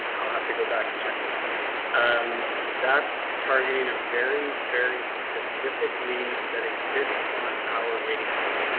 i'll have to go back and check that um that's targeting a very, very specific need that exists on our waiting list.